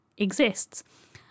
Exists